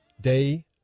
Day